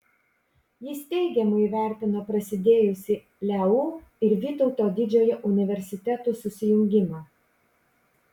jis teigiamai įvertino prasidėjusį leu ir vytauto didžiojo universitetų susijungimą